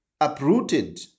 uprooted